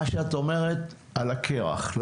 מה שאת אומרת על הקרח,